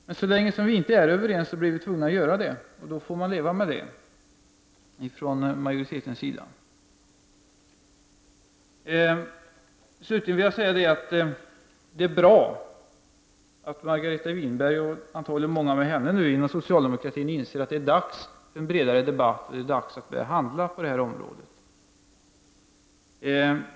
Men så länge vi inte är överens, blir vi tvungna att göra det. Då får majoriteten leva med det. Slutligen vill jag säga att det är bra att Margareta Winberg och antagligen många med henne inom socialdemokratin inser att det är dags för en bredare debatt, att det är dags att börja handla på detta område.